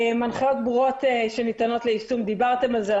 הנחיות ברורות שניתנות ליישום דיברתם על זה,